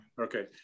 Okay